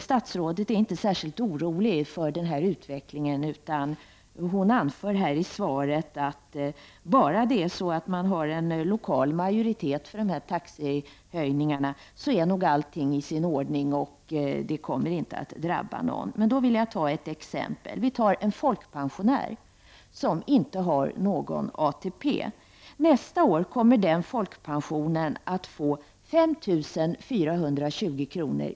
Statsrådet är inte särskilt orolig för utvecklingen, utan hon anför i svaret att bara det finns en lokal majoritet för sådana här taxehöjningar är nog allting i sin ordning. Ingen kommer att drabbas. Ta t.ex. en folkpensionär som saknar ATP. Nästa år kommer den folkpensionären att få 5 420 kr.